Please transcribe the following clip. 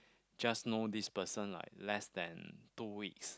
just know this person like less than two weeks